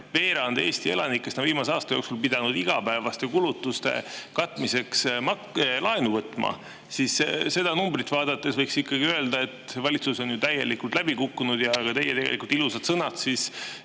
veerand Eesti elanikest on viimase aasta jooksul pidanud igapäevaste kulutuste katmiseks laenu võtma, siis seda numbrit vaadates võiks ikkagi öelda, et valitsus on ju täielikult läbi kukkunud ja teie ilusad sõnad